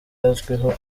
azwiho